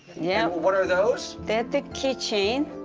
yeah what are those? they're the key chain.